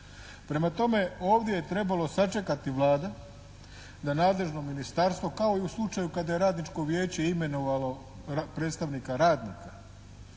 Prema tome, ovdje je trebalo sačekati Vlada da nadležno ministarstvo kao i u slučaju kada je radničko vijeće imenovalo predstavnika radnika